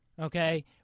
okay